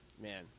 man